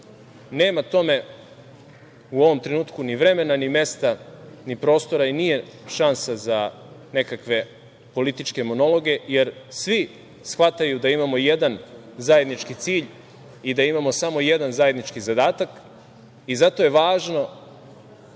Nema tome u ovom trenutku ni vremena, ni mesta, ni prostora i nije šansa za nekakve političke monologe, jer svi shvataju da imamo jedan zajednički cilj i da imamo samo jedan zajednički zadatak i zato je važno,